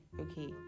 okay